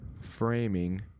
framing